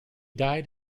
died